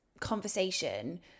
conversation